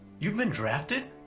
you've been drafted?